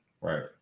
Right